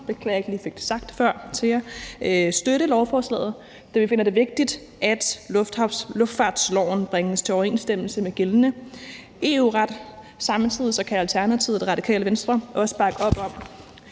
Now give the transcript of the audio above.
beklager jeg ikke lige fik det sagt før til jer – støtte lovforslaget, da vi finder det vigtigt, at luftfartsloven bringes i overensstemmelse med gældende EU-ret. Samtidig kan Alternativet og Radikale Venstre bakke op om,